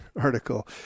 article